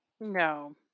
No